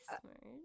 smart